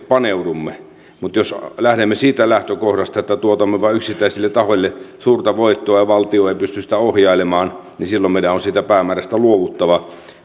paneudumme mutta jos lähdemme siitä lähtökohdasta että tuotamme vain yksittäisille tahoille suurta voittoa ja valtio ei pysty sitä ohjailemaan niin silloin meidän on siitä päämäärästä luovuttava